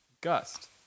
Gust